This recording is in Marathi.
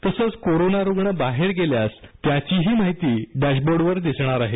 तसंच कोरोना रुग्ण बाहेर गेल्यास त्याचीही माहिती डॅशबोर्ड वर दिसणार आहे